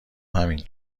همین